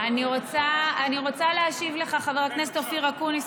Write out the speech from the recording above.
אני רוצה להשיב לך, חבר הכנסת אופיר אקוניס.